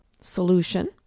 solution